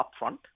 upfront